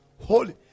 holy